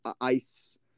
ice